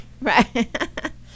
right